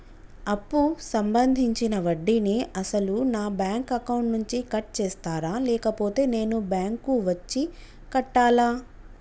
అప్పు సంబంధించిన వడ్డీని అసలు నా బ్యాంక్ అకౌంట్ నుంచి కట్ చేస్తారా లేకపోతే నేను బ్యాంకు వచ్చి కట్టాలా?